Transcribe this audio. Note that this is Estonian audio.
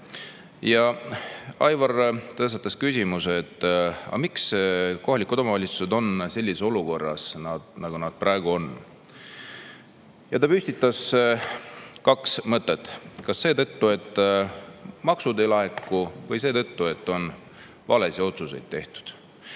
Aivar tõstatas küsimuse, et miks kohalikud omavalitsused on sellises olukorras, nagu nad praegu on. Ja ta püstitas kaks mõtet: kas seetõttu, et maksud ei laeku, või seetõttu, et on valesid otsuseid tehtud.